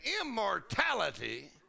immortality